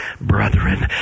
brethren